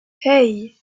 hey